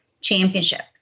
championship